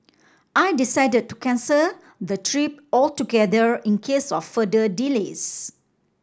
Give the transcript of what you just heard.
I decided to cancel the trip altogether in case of further delays